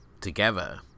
together